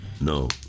no